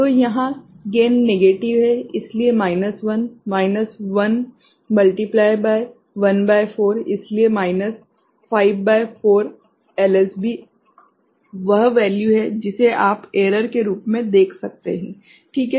तो यहाँ gain negative है इसलिए माइनस 1 माइनस 1 गुणित 1 भागित 4 इसलिए माइनस 5 भागित 4 एलएसबी वह वैल्यू है जिसे आप एरर के रूप में देख सकते हैं ठीक है